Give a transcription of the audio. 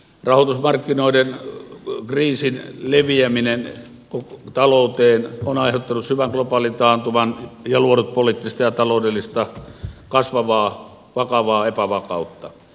rahoitusmarkkinoiden kriisin leviäminen talouteen on aiheuttanut syvän globaalin taantuman ja luonut poliittista ja taloudellista kasvavaa vakavaa epävakautta